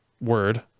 word